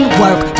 work